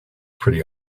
pretty